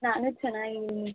ನಾನು ಚೆನ್ನಾಗಿದೀನಿ